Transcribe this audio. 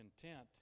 content